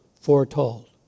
foretold